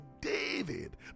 David